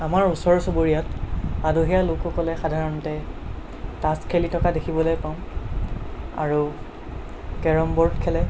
আমাৰ ওচৰ চুবুৰীয়া আদহীয়া লোকসকলে সাধাৰণতে তাচ খেলি থকা দেখিবলৈ পাওঁ আৰু কেৰম ব'ৰ্ড খেলে